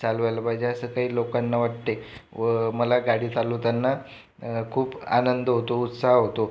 चालवायला पाहिजे असं काही लोकांना वाटते व मला गाडी चालवताना खूप आनंद होतो उत्साह होतो